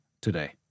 today